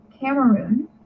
cameroon